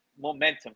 momentum